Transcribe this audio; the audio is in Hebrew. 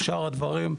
שאר הדברים,